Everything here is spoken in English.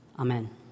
Amen